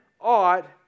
ought